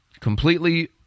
Completely